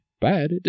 bad